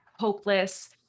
Hopeless